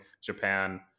Japan